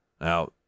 Now